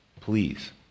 please